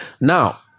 now